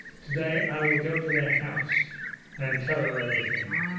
today i will go to their house and tell her everything